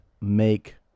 make